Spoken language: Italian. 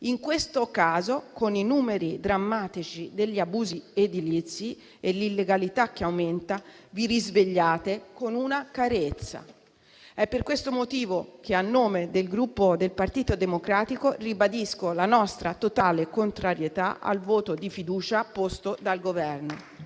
In questo caso, con i numeri drammatici degli abusi edilizi e l'illegalità che aumenta, vi risvegliate con una carezza. È per questo motivo che, a nome del Gruppo Partito Democratico, ribadisco la nostra totale contrarietà al voto di fiducia posto dal Governo.